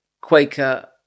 Quaker